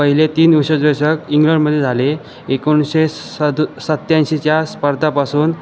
पहिले तीन विश्वचषक इंग्लंडमध्ये झाले एकोणीसशे सद सत्याऐंशीच्या स्पर्धेपासून